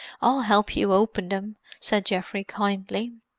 i'll help you open them, said geoffrey kindly.